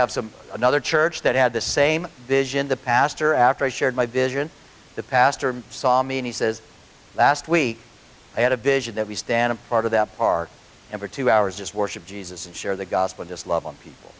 have some another church that had the same vision the pastor after i shared my vision the pastor saw me and he says last week i had a vision that we stand a part of that part and for two hours just worship jesus and share the gospel just love on people